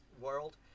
world